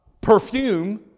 perfume